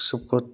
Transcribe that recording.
सबका